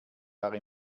war